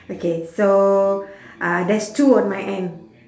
okay so uh there's two on my end